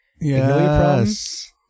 Yes